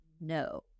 no